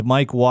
Mike